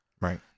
right